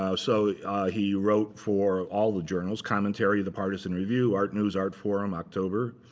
um so he wrote for all the journals commentary, the partisan review, art news, art forum, october.